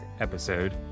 episode